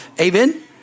Amen